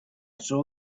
saw